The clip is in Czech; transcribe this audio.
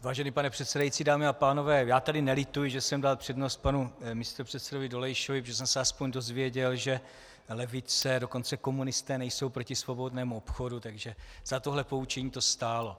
Vážený pane předsedající, dámy a pánové, já nelituji, že jsem dal přednost panu místopředsedovi Dolejšovi, protože jsem se aspoň dozvěděl, že levice, dokonce komunisté nejsou proti svobodnému obchodu, takže za tohle poučení to stálo.